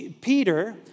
Peter